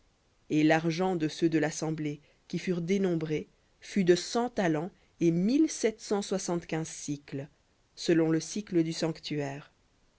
et l'argent de ceux de l'assemblée qui furent dénombrés fut de cent talents et mille sept cent soixante-quinze sicles selon le sicle du sanctuaire